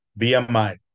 BMI